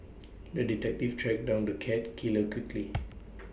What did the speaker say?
the detective tracked down the cat killer quickly